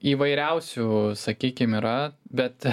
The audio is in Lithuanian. įvairiausių sakykim yra bet